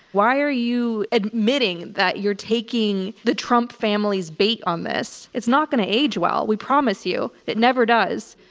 why are you admitting that you're taking the trump family's bait on this? it's not going to age well. we promise you it never does.